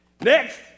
Next